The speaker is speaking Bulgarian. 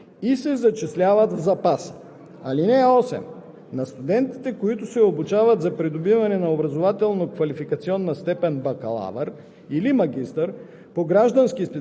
присвоява им се първо офицерско звание по резерва при условия и по ред, определени с правилника за прилагане на закона, и се зачисляват в запаса.